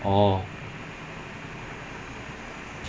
it's quite it's I don't know whether it's scam lor but